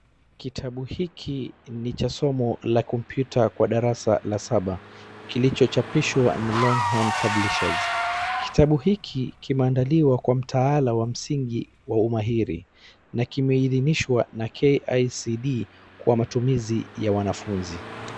Kitabu hiki ni cha somo la kompyuta kwa darasa la saba. Kilicho chapishwa na longhorn publishers. Kitabu hiki kimeandaliwa kwa mtaalum wa msingi wa umahiri na kimeidhinishwa na KICD kwa matumizi ya wanafunzi.